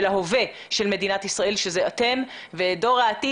ההווה של מדינת ישראל שזה אתם ודור העתיד,